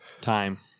Time